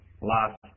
last